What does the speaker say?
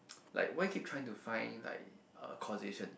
like why keep trying to find like uh causation